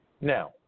Now